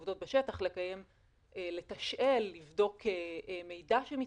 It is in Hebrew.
בשטח, לתשאל, לבדוק מידע שמתפרסם.